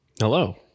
Hello